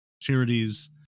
charities